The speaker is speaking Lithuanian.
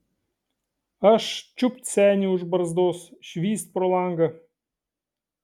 aš čiupt senį už barzdos švyst pro langą